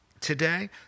today